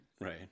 right